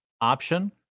option